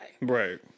Right